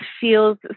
feels